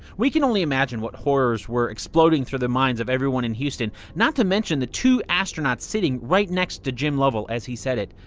we can only imagine what horrors were exploding through the minds of everyone in houston, not to mention the two astronauts sitting right next to lovell as he said it.